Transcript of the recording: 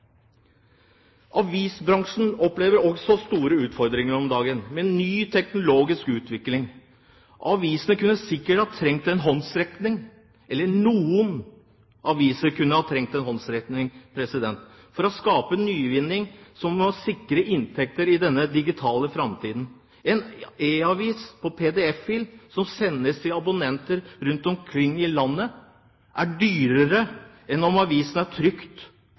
Avisbransjen opplever også store utfordringer om dagen med ny teknologisk utvikling. Avisene kunne sikkert ha trengt en håndsrekning, eller noen aviser kunne ha trengt en håndsrekning. For å skape nyvinning må man sikre inntekter i denne digitale framtiden. En e-avis på pdf-fil som sendes til abonnenter rundt omkring i landet, er dyrere enn om avisen er